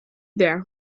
there